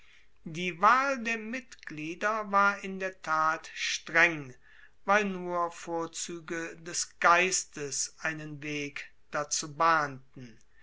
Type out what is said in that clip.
die wahl der mitglieder war in der tat streng weil nur vorzüge des geistes einen weg dazu bahnten